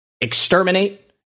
exterminate